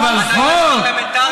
מה, אתה יועץ חוץ-פרלמנטרי?